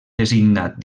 designat